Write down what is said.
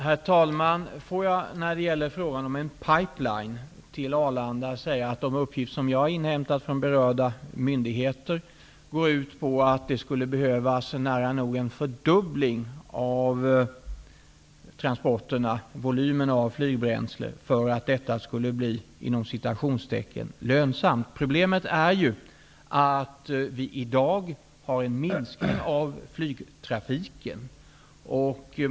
Herr talman! I fråga om en pipeline till Arlanda visar de uppgifter som jag har inhämtat från berörda myndigheter att det skulle behövas en nära nog fördubbling av volymen flygbränsle som skall transporteras för att det skulle bli ''lönsamt''. Problemet är ju att i dag minskar flygtrafiken.